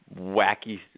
wacky